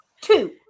two